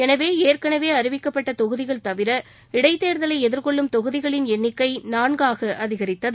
எனவே சூலூர் ஏற்கனவேஅறிவிக்கப்பட்டதொகுதிகள் தவிர இடைத் தேர்தலைதிர்கொள்ளும் தொகுதிகளின் எண்ணிக்கைநான்காகஅதிகரித்தது